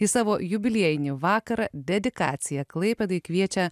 į savo jubiliejinį vakarą dedikacija klaipėdai kviečia